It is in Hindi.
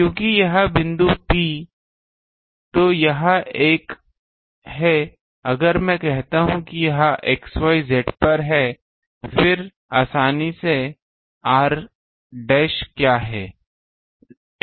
क्योंकि यह बिंदु P तो यह एक है अगर मैं कहता हूं कि यह x y z पर है फिर आसानी से r डैश क्या है